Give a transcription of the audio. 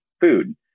food